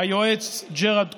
היועץ ג'ארד קושנר,